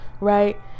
right